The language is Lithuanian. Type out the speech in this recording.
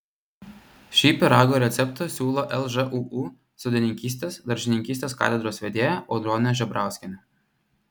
šį pyrago receptą siūlo lžūu sodininkystės daržininkystės katedros vedėja audronė žebrauskienė